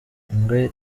ingwe